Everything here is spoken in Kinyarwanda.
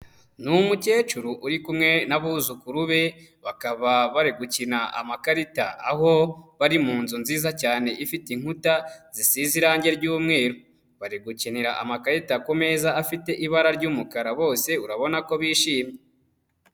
Ni umukecuru uri kumwe n'abuzukuru be, bakaba bari gukina amakarita aho bari mu nzu nziza cyane ifite inkuta zisize irangi ry'umweru, bari gukenira amakarita ku meza afite ibara ry'umukara bose urabona ko bishimye.